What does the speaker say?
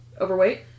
overweight